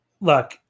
Look